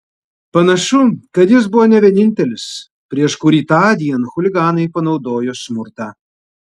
panašu kad jis buvo ne vienintelis prieš kurį tądien chuliganai panaudojo smurtą